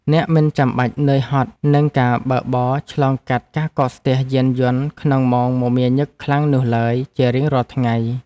អ្នកមិនចាំបាច់នឿយហត់នឹងការបើកបរឆ្លងកាត់ការកកស្ទះយានយន្តក្នុងម៉ោងមមាញឹកខ្លាំងនោះឡើយជារៀងរាល់ថ្ងៃ។